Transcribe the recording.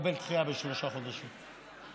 לקבל דחייה בשלושה חודשים.